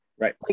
Right